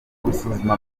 gusuzuma